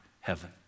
heaven